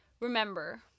remember